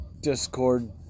Discord